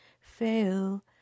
fail